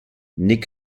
nick